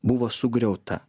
buvo sugriauta